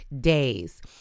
days